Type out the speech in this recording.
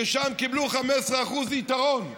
כי שם קיבלו 15% יתרון.